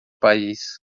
país